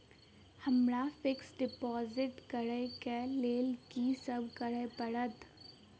हमरा fix deposit करऽ केँ लेल की सब करऽ पड़त?